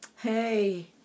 hey